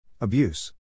Abuse